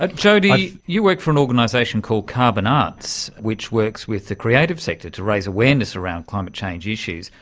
ah jodi, you work for an organisation called carbon arts which works with the creative sector to raise awareness around climate change issues.